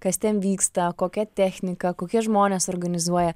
kas ten vyksta kokia technika kokie žmonės organizuoja